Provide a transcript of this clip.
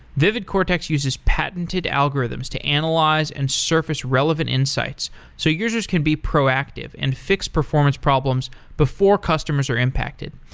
vividcortex uses patented algorithms to analyze and surface relevant insights so users can be proactive and fix performance problems before customers are impacted.